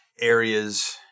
areas